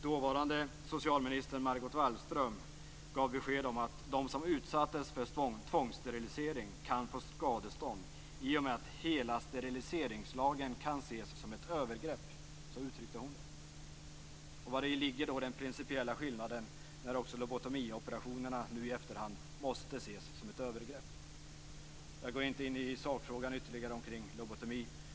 Dåvarande socialminister Margot Wallström gav besked om att de som utsattes för tvångssterilisering kan få skadestånd i och med att hela steriliseringslagen kan ses som ett övergrepp, så uttryckte hon det. Vari ligger den principiella skillnaden när också lobotomioperationerna nu i efterhand måste ses som ett övergrepp? Jag går inte in ytterligare i sakfrågan när det gäller lobotomi.